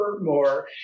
more